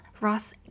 Ross